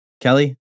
Kelly